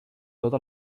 tota